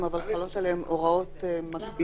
אבל חלות עליהם הוראות מקבילות.